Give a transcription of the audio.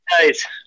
nice